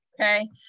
Okay